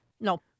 No